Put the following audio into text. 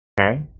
Okay